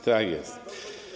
Tak jest.